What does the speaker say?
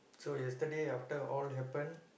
so yesterday after all happen